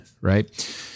right